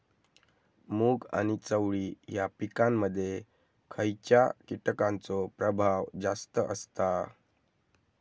मूग आणि चवळी या पिकांमध्ये खैयच्या कीटकांचो प्रभाव जास्त असता?